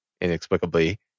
inexplicably